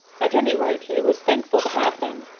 at any rate, he was thankful to have them,